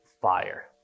fire